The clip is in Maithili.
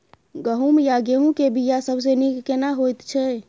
गहूम या गेहूं के बिया सबसे नीक केना होयत छै?